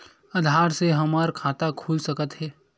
आधार से हमर खाता खुल सकत हे?